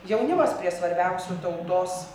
jaunimas prie svarbiausių tautos